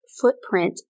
footprint